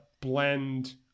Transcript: blend